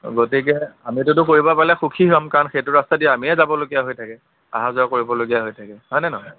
গতিকে আমিতোতো কৰিব পাৰিলে সুখী হ'ম কাৰণ সেইটো ৰাস্তাইদি আমিহে যাবলগীয়া হৈ থাকে অহা যোৱা কৰিবলগীয়া হৈ থাকে হয় নে নহয়